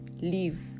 leave